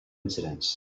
incidents